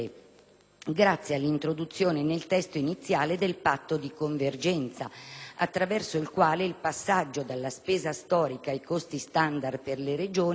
grazie all'introduzione nel testo iniziale del patto di convergenza, attraverso il quale il passaggio dalla spesa storica ai costi standard per le Regioni